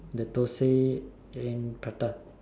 the thosai then prata